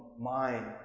mind